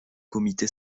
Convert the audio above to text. comité